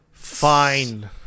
Fine